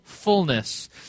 Fullness